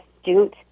astute